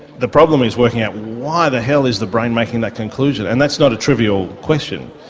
the problem is working out why the hell is the brain making that conclusion, and that's not a trivial question.